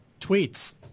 tweets